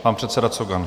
Pan předseda Cogan.